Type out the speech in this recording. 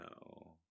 no